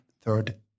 third